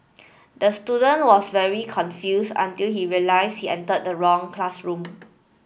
the student was very confused until he realised he entered the wrong classroom